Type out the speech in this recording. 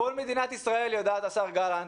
כל מדינת ישראל יודעת, השר גלנט,